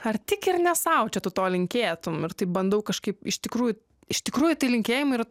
ar tik ir ne sau čia tu to linkėtum ir taip bandau kažkaip iš tikrųjų iš tikrųjų tai linkėjimai yra